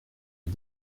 est